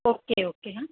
okay okay હં